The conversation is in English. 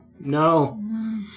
No